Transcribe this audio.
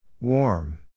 Warm